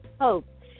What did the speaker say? hope